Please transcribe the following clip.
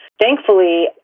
Thankfully